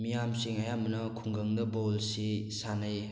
ꯃꯤꯌꯥꯝꯁꯤꯡ ꯑꯌꯥꯝꯕꯅ ꯈꯨꯡꯒꯪꯗ ꯕꯣꯜꯁꯤ ꯁꯥꯟꯅꯩ